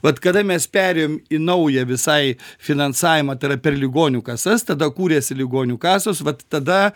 vat kada mes perėjom į naują visai finansavimą tai yra per ligonių kasas tada kūrėsi ligonių kasos vat tada